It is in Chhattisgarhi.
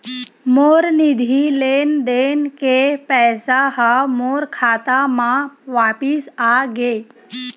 मोर निधि लेन देन के पैसा हा मोर खाता मा वापिस आ गे